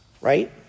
right